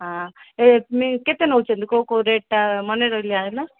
କେତେ ନଉଛନ୍ତି କେଉଁ କେଉଁ ରେଟ୍ଟା ମନେ ରହିଲା ନା